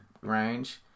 range